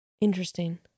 Interesting